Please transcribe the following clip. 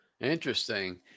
Interesting